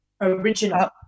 Original